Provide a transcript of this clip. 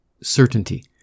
certainty